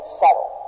settle